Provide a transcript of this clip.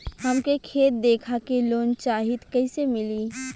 हमके खेत देखा के लोन चाहीत कईसे मिली?